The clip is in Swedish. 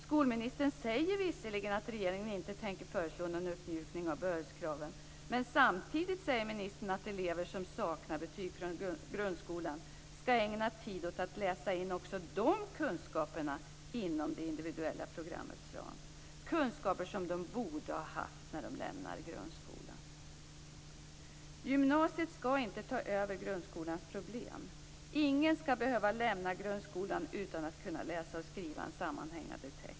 Skolministern säger visserligen att regeringen inte tänker föreslå någon uppmjukning av behörighetskraven, men samtidigt säger ministern att elever som saknar betyg från grundskolan skall ägna tid åt att läsa in också de kunskaperna inom det individuella programmets ram; kunskaper som de borde ha haft när de lämnade grundskolan. Gymnasiet skall inte ta över grundskolans problem. Ingen skall behöva lämna grundskolan utan att kunna läsa och skriva en sammanhängande text.